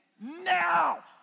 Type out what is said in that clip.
now